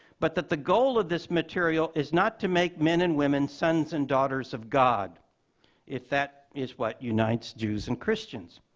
but that the goal of this material is not to make men and women sons and daughters of god if that is what unites jews and christians.